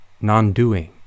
non-doing